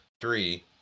three